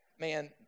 man